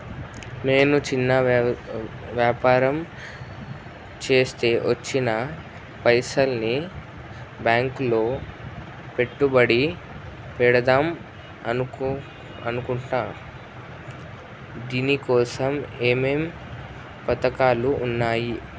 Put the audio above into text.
నేను చిన్న వ్యాపారం చేస్తా వచ్చిన పైసల్ని బ్యాంకులో పెట్టుబడి పెడదాం అనుకుంటున్నా దీనికోసం ఏమేం పథకాలు ఉన్నాయ్?